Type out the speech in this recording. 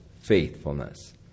faithfulness